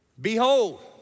behold